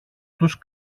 τους